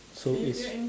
so is she